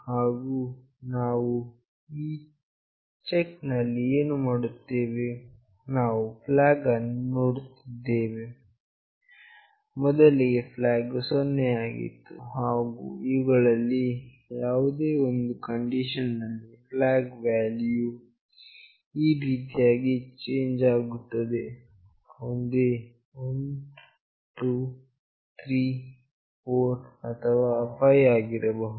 ಹಾಗು ನಾವು ಈ ಚೆಕ್ ನಲ್ಲಿ ಏನು ಮಾಡುತ್ತಿದ್ದೇವೆ ನಾವು flag ಅನ್ನು ನೋಡುತ್ತಿದ್ದೇವೆಮೊದಲಿಗೆ flag ವು 0 ಆಗಿತ್ತು ಹಾಗು ಇವುಗಳಲ್ಲಿ ಯಾವುದೇ ಒಂದು ಕಂಡೀಷನ್ ನಲ್ಲಿ flag ನ ವ್ಯಾಲ್ಯೂವು ಈ ರೀತಿಯಾಗಿ ಚೇಂಜ್ ಆಗುತ್ತದೆ ಒಂದೇ 1234 ಅಥವಾ 5 ಆಗಿರಬಹುದು